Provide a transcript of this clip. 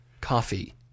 coffee